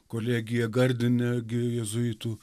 kolegija gardine gi jėzuitų